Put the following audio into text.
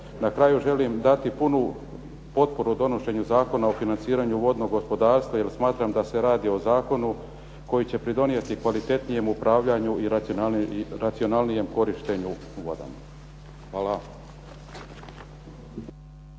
Na kraju želim dati punu potporu donošenju Zakona o financiranju vodnog gospodarstva jer smatram da se radi o zakonu koji će pridonijeti kvalitetnijem upravljanju i racionalnijem korištenju vodama. Hvala.